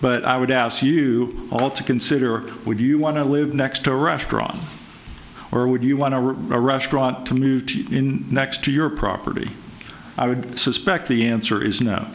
but i would ask you all to consider would you want to live next to a restaurant or would you want to rush to move in next to your property i would suspect the answer is